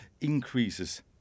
increases